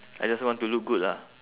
I just want to look good lah